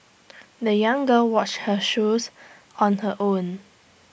the young girl washed her shoes on her own